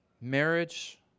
marriage